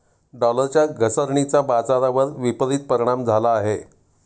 डॉलरच्या घसरणीचा बाजारावर विपरीत परिणाम झाला आहे